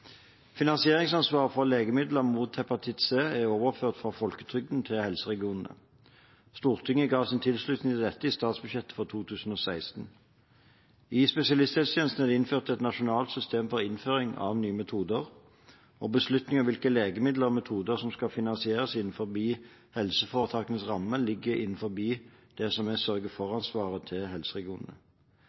Finansieringsansvaret for legemidler mot hepatitt C er overført fra folketrygden til helseregionene. Stortinget ga sin tilslutning til dette i statsbudsjettet for 2016. I spesialisthelsetjenesten er det innført et nasjonalt system for innføring av nye metoder, og beslutninger om hvilke legemidler og metoder som skal finansieres innenfor helseforetakenes rammer, ligger innenfor sørge-for-ansvaret til helseregionene.